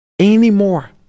anymore